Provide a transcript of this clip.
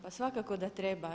Pa svakako da treba.